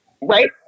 right